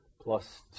plus